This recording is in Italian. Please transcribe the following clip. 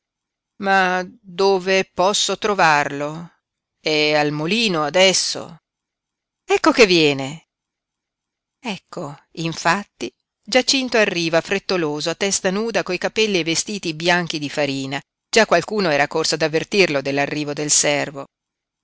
ma dove posso trovarlo è al molino adesso ecco che viene ecco infatti giacinto arriva frettoloso a testa nuda coi capelli e i vestiti bianchi di farina già qualcuno era corso ad avvertirlo dell'arrivo del servo